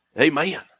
Amen